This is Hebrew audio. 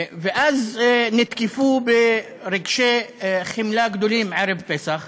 ואז נתקפו ברגשי חמלה גדולים ערב פסח